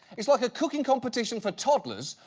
it's like a cooking competition for toddlers,